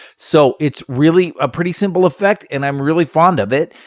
so it's really a pretty simple effect and i'm really fond of it.